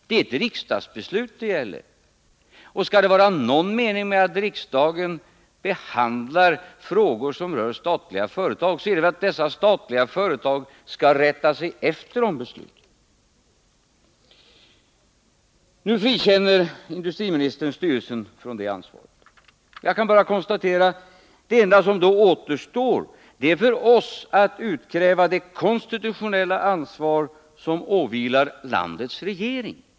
Det är ett riksdagsbeslut det gäller. Och skall det vara någon mening med att riksdagen behandlar frågor som rör statliga företag, så skall väl dessa statliga företag rätta sig efter besluten. Nu frikänner industriministern styrelsen från ansvaret. Jag kan bara konstatera att det enda som då återstår för oss är att utkräva det konstitutionella ansvar som åvilar landets regering.